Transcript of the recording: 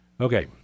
Okay